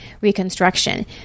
reconstruction